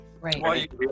Right